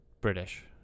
British